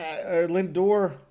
Lindor